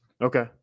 okay